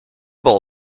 ball